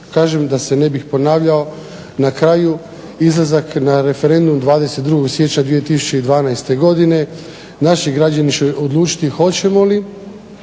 Kažem da se ne bih ponavljao, na kraju izlazak na referendum 22. siječnja 2012. godine naši građani će odlučiti hoćemo li